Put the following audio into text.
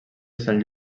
sant